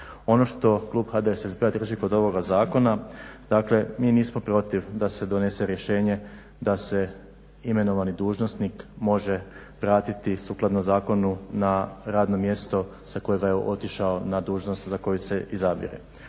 Ono što Klub HDSSB-a također kod ovoga zakona, dakle mi nismo protiv da se donese riješnje da se imenovani dužnosnik može vratiti sukladno zakonu na radno mjesto s kojega je otišao na dužnosti za koju se zadire.